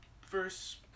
first